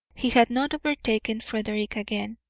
he had not overtaken frederick again,